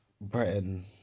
Britain